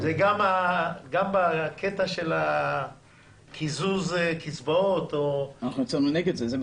גם בקטע של קיזוז הקצבאות או -- אנחנו יצאנו נגד זה,